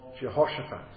Jehoshaphat